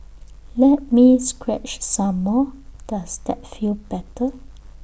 let me scratch some more does that feel better